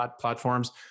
platforms